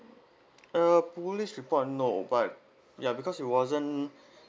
uh police report no but ya because it wasn't